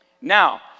Now